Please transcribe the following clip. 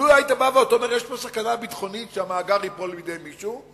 לו היית בא ואומר: יש פה סכנה ביטחונית שהמאגר ייפול לידי מישהו,